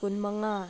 ꯀꯨꯟ ꯃꯉꯥ